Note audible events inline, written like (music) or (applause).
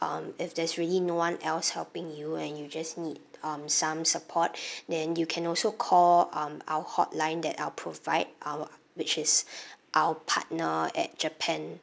um if there's really no one else helping you and you just need um some support then you can also call um our hotline that I'll provide our which is (breath) our partner at japan